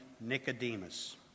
Nicodemus